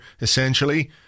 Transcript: essentially